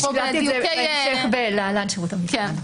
בהמשך [להלן שירות המבחן].